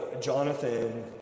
Jonathan